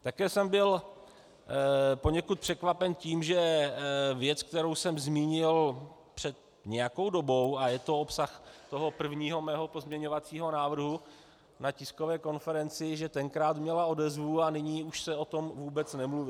Také jsem byl poněkud překvapen tím, že věc, kterou jsem zmínil před nějakou dobou, a je to obsah toho mého prvního pozměňovacího návrhu, na tiskové konferenci, že tenkrát měla odezvu a nyní už se o tom vůbec nemluví.